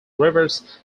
rivers